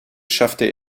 schaffte